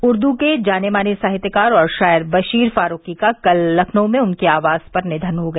उर्दू के जाने माने साहित्यकार और शायर बशीर फारूकी का कल लखनऊ में उनके आवास पर निघन हो गया